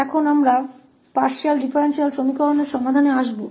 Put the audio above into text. अब हम partial differential equations का हल प्राप्त करेंगे